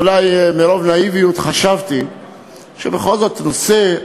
אולי מרוב נאיביות חשבתי שבכל זאת נושא,